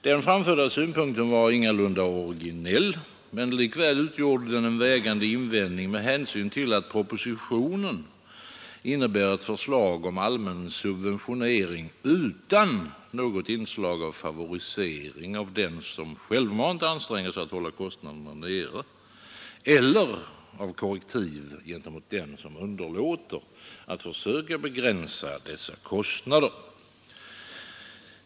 Den framförda synpunkten var ingalunda originell, men likväl utgjorde den en vägande invändning med hänsyn till att propositionen innebär ett förslag om allmän subventionering utan något inslag av favorisering av den som självmant anstränger sig att hålla kostnaderna nere eller av korrektiv gentemot den som underlåter att försöka begränsa dessa kostnader.